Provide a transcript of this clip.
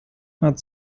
hat